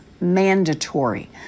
mandatory